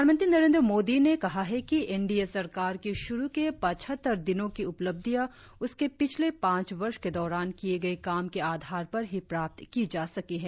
प्रधानमंत्री नरेंद्र मोदी ने कहा है कि एनडीए सरकार की शुरु के पचहत्तर दिनों की उपलब्धियां उसके पिछले पांच वर्ष के दौरान किए गए काम के आधार पर ही प्राप्त की जा सकी हैं